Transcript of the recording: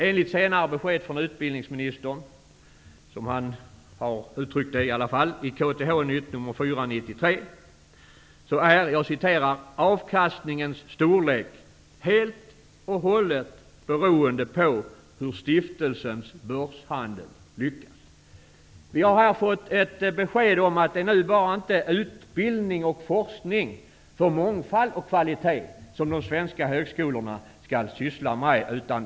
Enligt senare besked från utbildningsministern, som det uttrycks i KTH-Nytt 4/93, är avkastningens storlek helt och hållet beroende på hur stiftelsens börshandel lyckas. Vi har fått besked om att det nu inte bara är fråga om utbildning och forskning för mångfald och kvalitet som de svenska högskolorna skall syssla med.